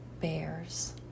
bears